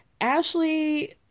Ashley